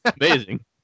amazing